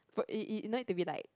f~ you you don't need to be like